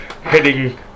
heading